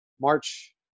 March